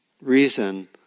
reason